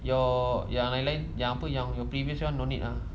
your yang lain lain your previous one don't need ah